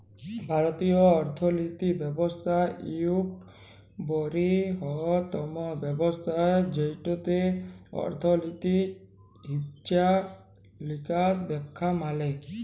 ভারতীয় অথ্থলিতি ব্যবস্থা ইকট বিরহত্তম ব্যবস্থা যেটতে অথ্থলিতির হিছাব লিকাস দ্যাখা ম্যালে